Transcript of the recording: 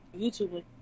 YouTube